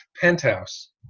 penthouse